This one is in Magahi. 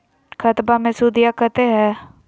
खतबा मे सुदीया कते हय?